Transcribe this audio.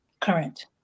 current